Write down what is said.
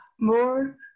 more